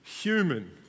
Human